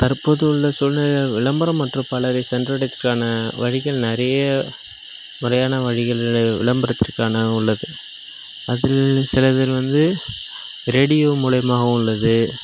தற்போது உள்ள சூழ்நிலைகள் விளம்பரம் மற்றும் பலரை சென்றடைவதற்கான வழிகள் நிறைய முறையான வழிகள் விளம்பரத்திற்கான உள்ளது அதில் சில இது வந்து ரேடியோ மூலமாக உள்ளது